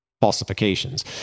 falsifications